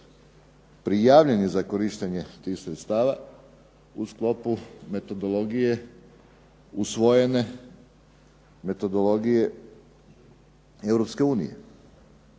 prijavljeni za korištenje tih sredstava u sklopu metodologije usvojene metodologije Europske unije,